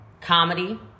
Comedy